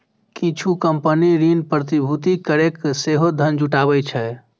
किछु कंपनी ऋण प्रतिभूति कैरके सेहो धन जुटाबै छै